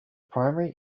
primary